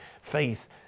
faith